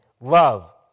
love